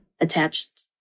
attached